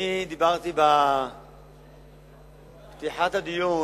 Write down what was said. כשדיברתי בפתיחת הדיון